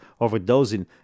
overdosing